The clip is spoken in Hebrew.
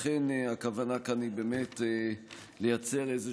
לכן הכוונה כאן היא באמת לייצר איזה